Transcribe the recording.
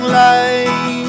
light